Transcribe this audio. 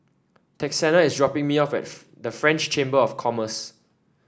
Texanna is dropping me off at the French Chamber of Commerce